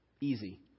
easy